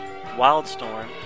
Wildstorm